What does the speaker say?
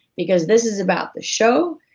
because this is about the show,